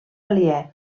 aliè